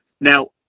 Now